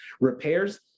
repairs